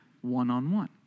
one-on-one